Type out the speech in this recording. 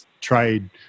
trade